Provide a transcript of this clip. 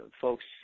folks